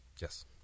yes